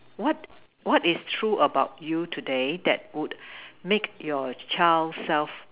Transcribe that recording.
what what is true about you today that would make your child self